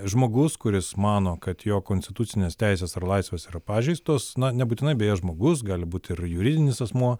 žmogus kuris mano kad jo konstitucinės teisės ar laisvės yra pažeistos na nebūtinai beje žmogus gali būti ir juridinis asmuo